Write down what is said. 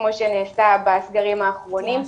כמו שנעשה בסגרים האחרונים,